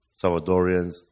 Salvadorians